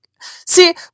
See